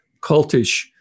cultish